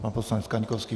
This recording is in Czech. Pan poslanec Kaňkovský.